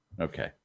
Okay